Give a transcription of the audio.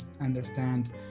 understand